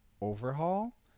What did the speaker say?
overhaul